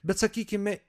bet sakykime